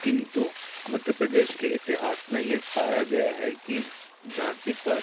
किंतु मध्य प्रदेश के इतिहास में यह पाया गया है कि झाँसी पर